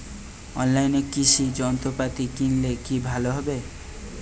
অনলাইনে কৃষি যন্ত্রপাতি কিনলে কি ভালো হবে?